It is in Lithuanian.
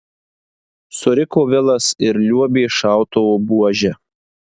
suriko vilas ir liuobė šautuvo buože